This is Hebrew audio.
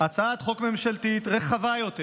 הצעת חוק ממשלתית רחבה יותר,